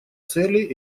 целей